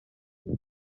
ati